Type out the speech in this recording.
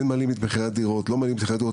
כן מעלים את מחירי הדירות או לא מעלים את מחירי הדירות